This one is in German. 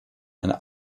eine